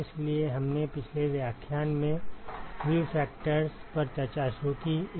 इसलिए हमने पिछले व्याख्यान में व्यू फैक्टर्स पर चर्चा शुरू की